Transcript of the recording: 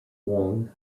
wong